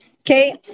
Okay